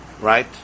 right